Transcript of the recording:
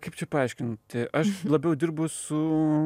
kaip čia paaiškinti aš labiau dirbu su